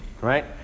right